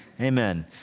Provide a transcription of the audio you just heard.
Amen